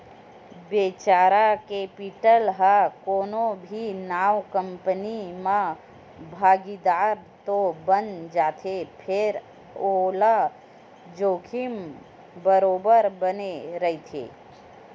venture capital ह कोनो भी नवा कंपनी म भागीदार तो बन जाथे फेर ओला जोखिम बरोबर बने रहिथे